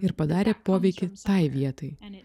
ir padarė poveikį tai vietai